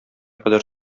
кадәр